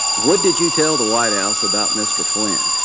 what did you tell the white house about mr. flynn?